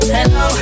Hello